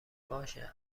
باشه